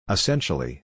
Essentially